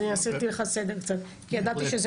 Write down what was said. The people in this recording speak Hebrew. אז הנה עשיתי לך סדר קצת כי ידעתי שזה